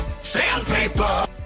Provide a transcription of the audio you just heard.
Sandpaper